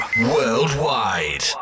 worldwide